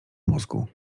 mózgu